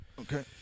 Okay